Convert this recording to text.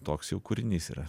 toks jau kūrinys yra